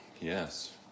Yes